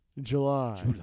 July